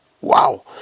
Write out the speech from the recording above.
Wow